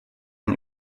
ein